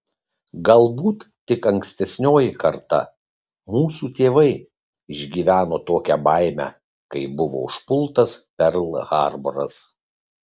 galbūt tik ankstesnioji karta mūsų tėvai išgyveno tokią baimę kai buvo užpultas perl harboras